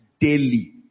daily